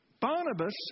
Barnabas